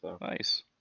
Nice